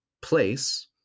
place